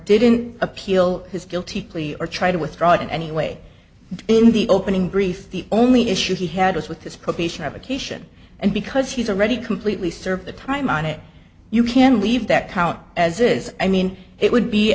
didn't appeal his guilty plea or try to withdraw it in any way in the opening brief the only issue he had was with this probation revocation and because he's already completely served the time on it you can leave that count as is i mean it would be